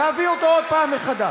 להביא אותו עוד פעם מחדש,